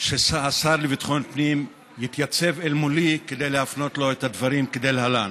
שהשר לביטחון פנים יתייצב אל מולי כדי להפנות לו את הדברים דלהלן,